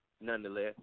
nonetheless